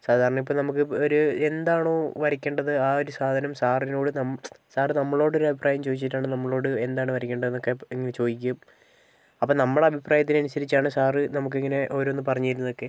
സാധാരണ ഇപ്പോൾ നമുക്ക് ഒരു എന്താണോ വരയ്ക്കണ്ടത് ആ ഒരു സാധനം സാറിനോട് സർ നമ്മളോട് ഒരു അഭിപ്രായം ചോദിച്ചിട്ടാണ് നമ്മളോട് എന്താണ് വരക്കണ്ടത് എന്നൊക്കെ ചോദിക്കും അപ്പൊ നമ്മടെ അഭിപ്രായത്തിനനുസരിച്ചാണ് സാറ് നമുക്ക് ഇങ്ങനെ ഓരോന്ന് പറഞ്ഞ് തരുന്നതൊക്കെ